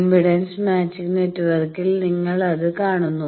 impedance matching നെറ്റ്വർക്കിൽ നിങ്ങൾ അത് കാണുന്നു